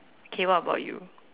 okay what about you